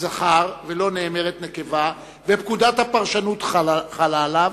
זכר ולא נאמרת נקבה ופקודת הפרשנות חלה עליו,